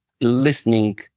listening